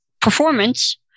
performance